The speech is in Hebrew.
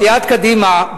סיעת קדימה,